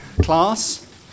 class